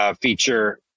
feature